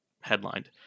headlined